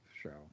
show